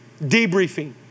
Debriefing